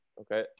Okay